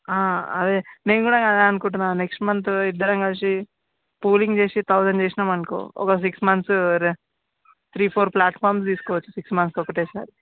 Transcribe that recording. అదే నేను కూడా అదే అనుకుంటున్నాను నెక్స్ట్ మంత్ ఇద్దరం కలిసి పూలింగ్ చేసి థౌసండ్ చేసినాము అనుకో ఒక సిక్స్ మంత్స్ ర త్రీ ఫోర్ ప్లాట్ఫామ్స్ తీసుకోవచ్చు సిక్స్ మంత్స్ ఒకటేసారి